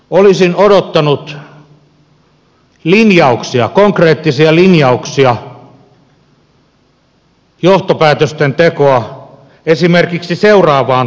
olisin odottanut linjauksia konkreettisia linjauksia johtopäätösten tekoa esimerkiksi seuraavaan tapaan